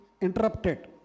interrupted